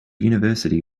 university